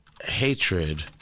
hatred